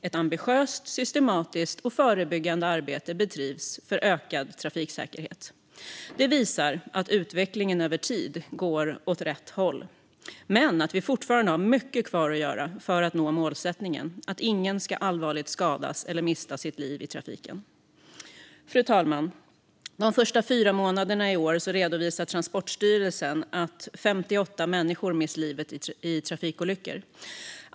Ett ambitiöst, systematiskt och förebyggande arbete bedrivs för ökad trafiksäkerhet. Det visar att utvecklingen över tid går åt rätt håll men att vi fortfarande har mycket kvar att göra för att nå målsättningen att ingen ska skadas allvarligt eller mista sitt liv i trafiken. Fru talman! De första fyra månaderna i år har 58 människor mist livet i trafikolyckor, redovisar Transportstyrelsen.